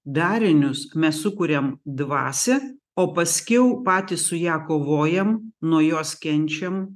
darinius mes sukuriam dvasia o paskiau patys su ja kovojam nuo jos kenčiam